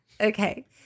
Okay